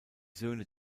söhne